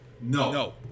no